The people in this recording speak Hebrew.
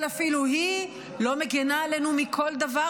אבל אפילו היא לא מגינה עלינו מכל דבר,